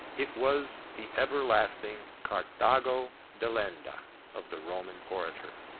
it was the everlasting carthago delenda of the roman orator.